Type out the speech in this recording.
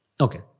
Okay